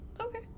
Okay